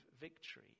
victory